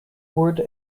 word